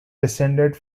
descended